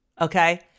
okay